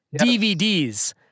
dvds